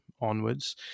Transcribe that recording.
onwards